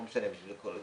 לא אנקוב בשמו,